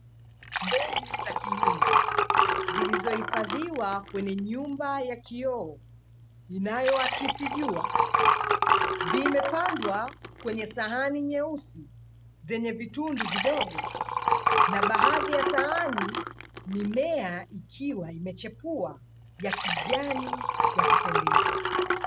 Mbegu za kilimo zilizohifadhiwa kwenye nyumba ya kioo inayoakisi jua, vimepandwa kwenye sahani nyeusi zenye vitundu vidogo na baadhi ya sahani mimea ikiwa imechepua ya kijani ya kupendeza.